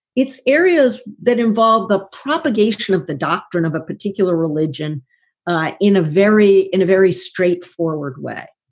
it's areas that involve the propagation of the doctrine of a particular religion ah in a very in a very straightforward way.